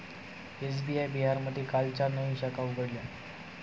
SBI बिहारमध्ये काल चार नवीन शाखा उघडल्या